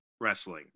Wrestling